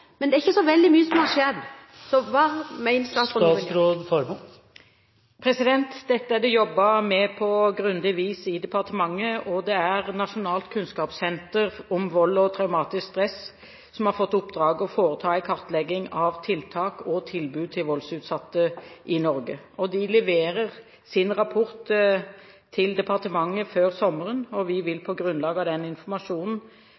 Men det er ikke så veldig mye som har skjedd. Hva mener statsråden man bør gjøre? Dette er det jobbet med på grundig vis i departementet, og det er Nasjonalt kunnskapssenter om vold og traumatisk stress som har fått i oppdrag å foreta en kartlegging av tiltak og tilbud til voldsutsatte i Norge. De leverer sin rapport til departementet før sommeren, og vi